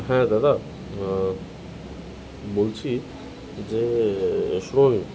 হ্যাঁ দাদা বলছি যে শুনুন